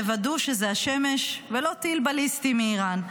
תוודאו שזו השמש ולא טיל בליסטי מאיראן.